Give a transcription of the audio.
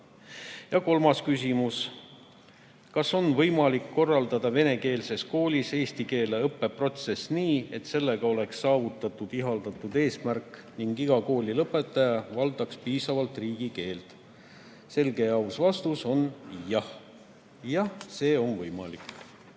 Ja kolmas küsimus: kas on võimalik korraldada venekeelses koolis eesti keele õppe protsess nii, et sellega oleks saavutatud ihaldatud eesmärk ning iga koolilõpetaja valdaks piisavalt riigikeelt? Selge ja aus vastus on, et jah, see on võimalik. Küsige